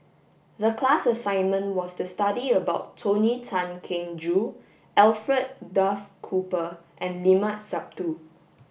the class assignment was to study about Tony Tan Keng Joo Alfred Duff Cooper and Limat Sabtu